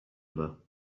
other